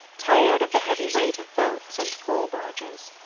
tired of the heavy weight of boats and coal-barges.